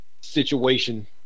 situation